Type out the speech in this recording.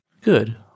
Good